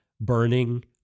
Burning